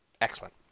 Excellent